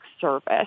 service